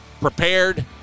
prepared